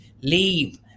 leave